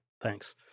Thanks